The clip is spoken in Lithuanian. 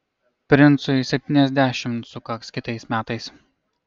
princui septyniasdešimt sukaks kitais metais